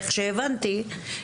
איך שהבנתי,